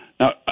Now